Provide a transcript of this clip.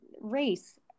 race